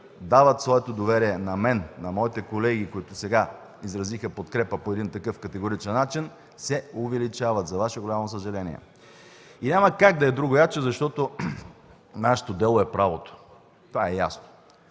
дават своето доверие на мен и моите колеги, които изразиха подкрепа по такъв категоричен начин, се увеличават за Ваше голямо съжаление. И няма как да е другояче, защото нашето дело е правото – това е ясно!